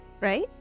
Right